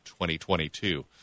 2022